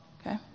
Okay